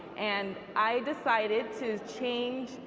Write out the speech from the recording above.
and i decided to change,